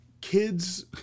Kids